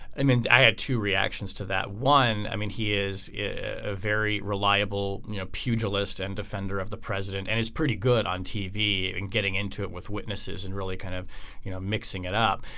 i mean i had two reactions to that one. i mean he is a ah very reliable pugilist and defender of the president and is pretty good on tv and getting into it with witnesses and really kind of you know mixing it up.